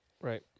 Right